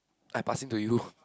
I passing to you